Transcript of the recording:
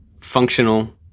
functional